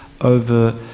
over